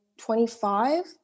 25